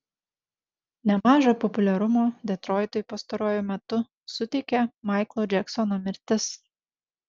nemažo populiarumo detroitui pastaruoju metu suteikė maiklo džeksono mirtis